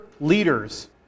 leaders